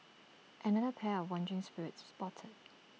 another pair of wandering spirits spotted